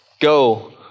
go